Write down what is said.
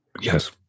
Yes